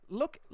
look